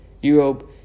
Europe